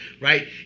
right